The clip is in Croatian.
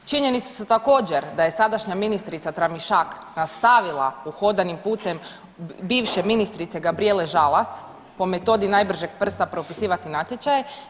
Činjenice su također da je sadašnja ministrica Tramišak nastavila uhodanim putem bivše ministrice Gabrijele Žalac po metodi najbržeg prsta propisivati natječaje.